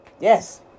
yes